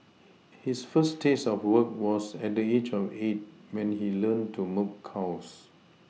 his first taste of work was at the age of eight when he learned to milk cows